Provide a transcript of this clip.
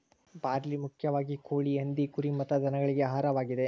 barley ಮುಖ್ಯವಾಗಿ ಕೋಳಿ, ಹಂದಿ, ಕುರಿ ಮತ್ತ ದನಗಳಿಗೆ ಆಹಾರವಾಗಿದೆ